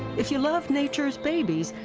if you love nature's babies,